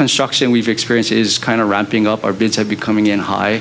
construction we've experienced is kind of wrapping up our boots and becoming in high